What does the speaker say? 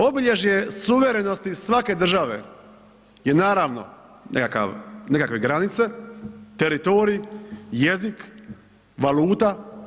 Obilježje suverenosti svake države je naravno nekakav, nekakve granice, teritorij, jezik, valuta.